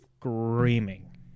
screaming